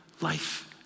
life